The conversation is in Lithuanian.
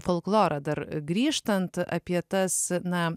folklorą dar grįžtant apie tas na